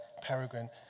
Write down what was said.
peregrine